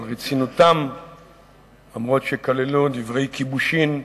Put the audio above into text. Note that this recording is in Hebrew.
אף שכללו דברי כיבושין,